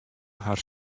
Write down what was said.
har